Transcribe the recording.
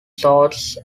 sorts